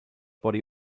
body